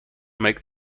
make